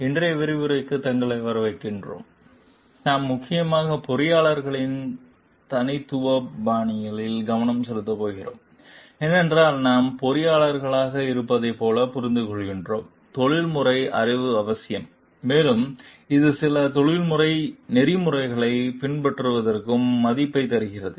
இன்றைய விரிவுரைக்கு தங்களை வரவேற்கிறோம் நாம் முக்கியமாக பொறியியலாளர்களின் தலைமைத்துவ பாணிகளில் கவனம் செலுத்தப் போகிறோம் ஏனென்றால் நாம் பொறியியலாளர்களாக இருப்பதைப் போல புரிந்துகொள்கிறோம் தொழில்முறை அறிவு அவசியம் மேலும் இது சில தொழில்முறை நெறிமுறைகளைப் பின்பற்றுவதற்கும் மதிப்பைத் தருகிறது